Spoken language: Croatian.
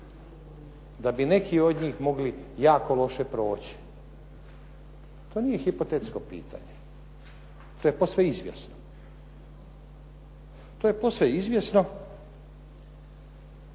da bi neki od njih mogli jako loše proći. To nije hipotetsko pitanje, to je posve izvjesno. To je posve izvjesno,